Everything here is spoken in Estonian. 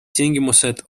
tingimused